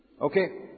Okay